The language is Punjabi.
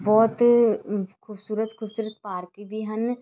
ਬਹੁਤ ਖੂਬਸੂਰਤ ਖੂਬਸੂਰਤ ਪਾਰਕ ਵੀ ਹਨ